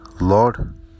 Lord